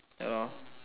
ya lor